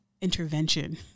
intervention